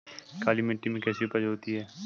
काली मिट्टी में कैसी उपज होती है?